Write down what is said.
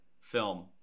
film